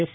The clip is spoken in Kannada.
ಎಫ್